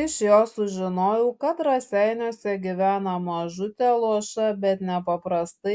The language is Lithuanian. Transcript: iš jo sužinojau kad raseiniuose gyvena mažutė luoša bet nepaprastai